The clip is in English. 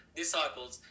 disciples